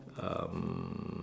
um